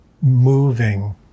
moving